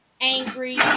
angry